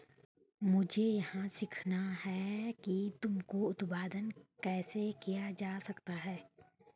मुझे यह सीखना है कि तंबाकू उत्पादन कैसे किया जा सकता है?